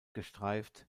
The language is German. gestreift